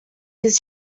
his